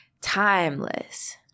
timeless